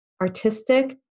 Artistic